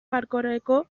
hardcoreko